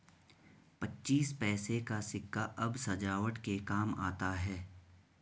पच्चीस पैसे का सिक्का अब सजावट के काम आता है